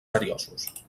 seriosos